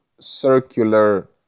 circular